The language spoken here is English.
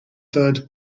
third